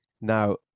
Now